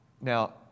Now